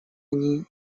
они